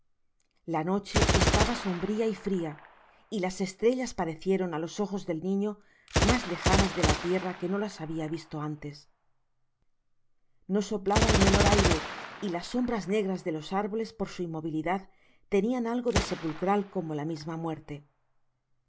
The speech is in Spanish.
la noche estaba sombria y fria y las estrellas parecieron á los ojos del niño mas lejanas de la tierra que no las habia visto antes no soplaba el menor aire y las sombras negras de los árboles por su inmobilidad tenian algo de sepulcral como la misma muerte